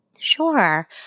Sure